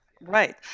Right